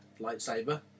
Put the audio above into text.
lightsaber